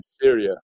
Syria